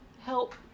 help